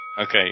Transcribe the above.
Okay